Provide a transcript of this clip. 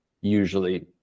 usually